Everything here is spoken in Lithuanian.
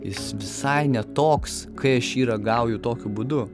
jis visai ne toks kai aš jį ragauju tokiu būdu